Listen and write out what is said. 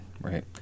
right